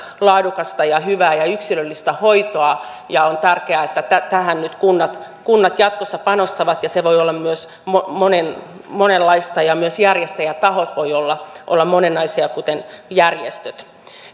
laadukasta ja hyvää ja yksilöllistä hoitoa on tärkeää että tähän nyt kunnat kunnat jatkossa panostavat ja se voi olla myös monenlaista ja myös järjestäjätahot voivat olla olla monenlaisia kuten järjestöjä